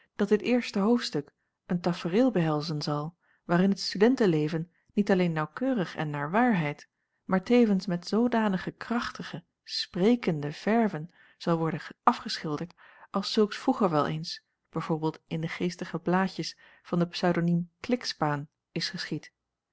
dat dit eerste hoofdstuk een tafereel behelzen zal waarin het studentenleven niet alleen naauwkeurig en naar waarheid maar tevens met zoodanige krachtige sprekende verwen zal worden afgeschilderd als zulks vroeger wel eens b v in de geestige blaadjes van den pseudoniem klikspaan is geschied